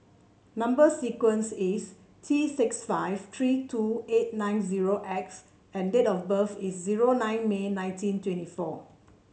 number sequence is T six five three two eight nine zero X and date of birth is zero nine May nineteen twenty four